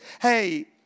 hey